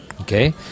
okay